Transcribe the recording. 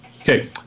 Okay